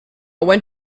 went